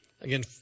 Again